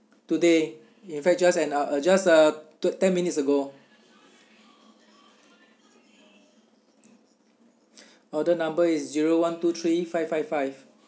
today in fact just and uh just uh thi~ ten minutes ago order number is zero one two three five five five